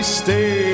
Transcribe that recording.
stay